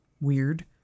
weird